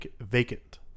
vacant